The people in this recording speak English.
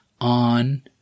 on